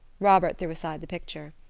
robert threw aside the picture.